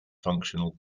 functional